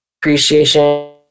appreciation